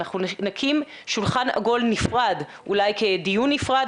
נקים שולחן עגול נפרד אולי כדיון נפרד,